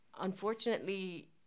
Unfortunately